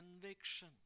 conviction